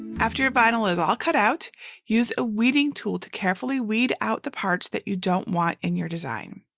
after your vinyl is all cut out use a weeding tool to carefully weed out the parts that you don't want in your design.